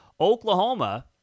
Oklahoma